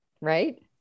right